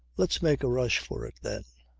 let's make a rush for it, then.